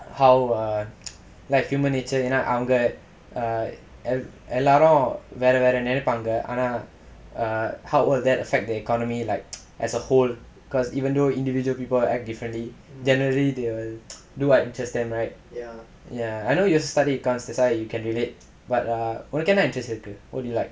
how err like human nature ஏனா அவங்க:yaenaa avanga err எல்லாரும் வேற வேற நெனப்பாங்க ஆனா:ellaarum vera vera nenappaanga aanaa err how would that affect the economy like as a whole because even though individual people act differently generally they will do what interest them right I know you also study econs that's why you can relate but err உனக்கு என்ன:unakku enna interest இருக்கு:irukku what do you like